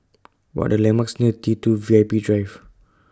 What Are The landmarks near T two V I P Drive